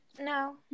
No